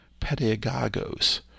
pedagogos